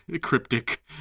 cryptic